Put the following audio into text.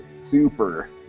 super